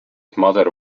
mother